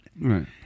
right